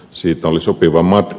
siitä oli sopiva matka